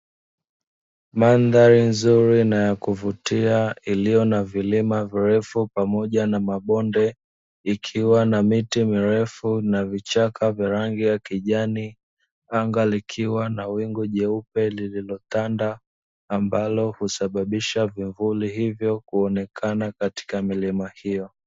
Mandhari nzuri na ya kuvutia iliyo na vilima virefu pamoja na mabonde, ikiwa na miti mirefu na vichaka vya rangi ya kijani, anga likiwa na wingu jeupe lililotanda ambalo husababisha vivuli hivyo kuonekana katika milima hiyo.